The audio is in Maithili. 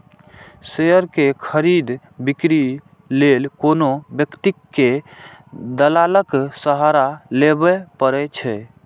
शेयर के खरीद, बिक्री लेल कोनो व्यक्ति कें दलालक सहारा लेबैए पड़ै छै